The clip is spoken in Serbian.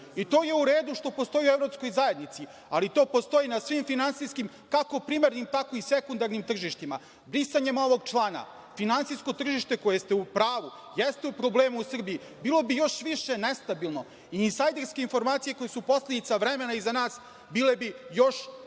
I to je u redu što postoji u evropskoj zajednici, ali to postoji na svim finansijskim, kako primarnim tako i sekundarnim tržištima. Brisanjem ovog člana finansijsko tržište, koje ste u pravu, jeste u problemu u Srbiji. Bilo bi još više nestabilno. Insajderske informacije koje su posledice vremena iza nas bile bi još rigoroznije.